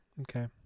okay